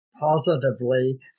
positively